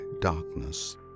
darkness